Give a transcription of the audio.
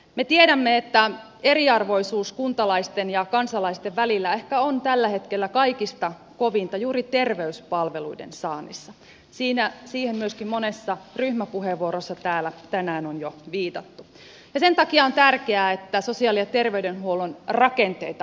me tiedämme että eriarvoisuus kuntalaisten ja kansalaisten välillä on tällä hetkellä ehkä kaikista kovinta juuri terveyspalveluiden saannissa siihen myöskin monessa ryhmäpuheenvuorossa täällä tänään on jo viitattu ja sen takia on tärkeää että sosiaali ja terveydenhuollon rakenteita ravistellaan